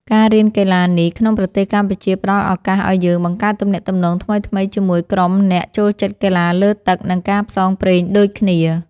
ការរៀនកីឡានេះក្នុងប្រទេសកម្ពុជា ផ្ដល់ឱកាសឱ្យយើងបង្កើតទំនាក់ទំនងថ្មីៗជាមួយក្រុមអ្នកចូលចិត្តកីឡាលើទឹក និងការផ្សងព្រេងដូចគ្នា។